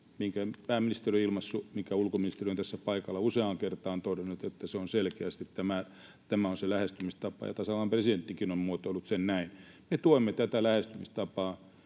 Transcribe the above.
minkä ulkoministeri on tässä paikalla useaan kertaan todennut, että tämä on selkeästi se lähestymistapa, ja tasavallan presidenttikin on muotoillut sen näin. Me tuemme tätä lähestymistapaa.